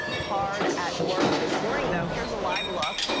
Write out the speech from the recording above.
hard at work this morning though here's a live look.